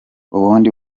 ubundi